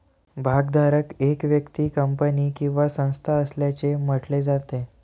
भागधारक एक व्यक्ती, कंपनी किंवा संस्था असल्याचे म्हटले जाते